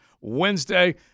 Wednesday